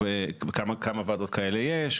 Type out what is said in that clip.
כמה ועדות כאלה יש,